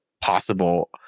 possible